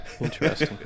Interesting